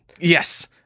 Yes